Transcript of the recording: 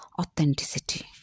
authenticity